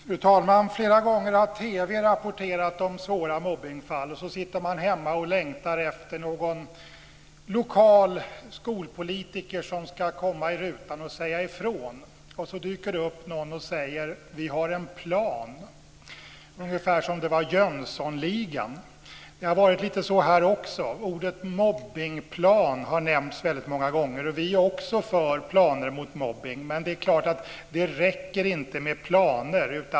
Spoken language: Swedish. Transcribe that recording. Fru talman! TV har flera gånger rapporterat om svåra mobbningsfall. Då sitter man hemma och längtar efter någon lokal skolpolitiker som ska komma i rutan och säga ifrån, och så dyker det upp någon och säger: Vi har en plan. Det låter ungefär som om det var Jönssonligan. Det har varit lite så här också. Ordet mobbningsplan har nämnts väldigt många gånger. Vi är också för planer mot mobbning, men det räcker inte med planer.